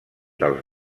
dels